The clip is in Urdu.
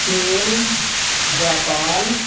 چین جاپان